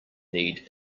need